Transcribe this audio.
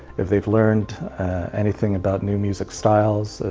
if they've learned anything about new music styles?